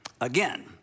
again